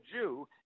Jew